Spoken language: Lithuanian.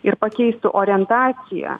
ir pakeistų orientaciją